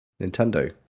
Nintendo